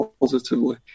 positively